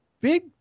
big